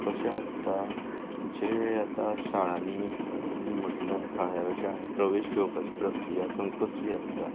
कशें आसता जे आतां शाळांनी तुमी म्हटल्यार थळाव्या शाळांनी प्रवेश घेवपाची प्रक्रिया कसली आसता